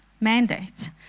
mandate